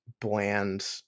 bland